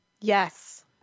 Yes